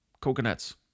coconuts